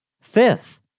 Fifth